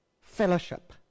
fellowship